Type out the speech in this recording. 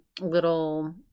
little